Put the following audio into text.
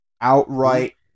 outright